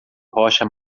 rocha